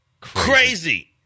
crazy